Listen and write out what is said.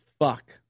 fuck